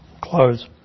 close